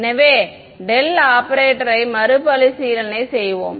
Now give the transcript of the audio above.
எனவே டெல் ஆபரேட்டரை மறுபரிசீலனை செய்வோம்